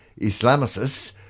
Islamists